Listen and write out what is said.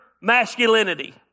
masculinity